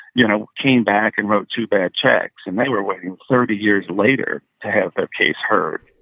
you know, came back and wrote two bad checks. and they were waiting, thirty years later, to have their case heard